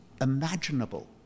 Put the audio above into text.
imaginable